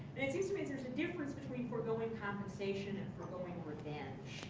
it seems to me there's a difference between forgoing compensation and forgoing revenge